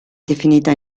definita